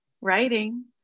writing